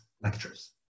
lectures